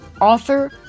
author